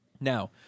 Now